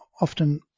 often